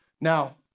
Now